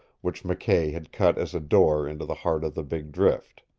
which mckay had cut as a door into the heart of the big drift.